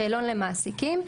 השאלון למעסיקים,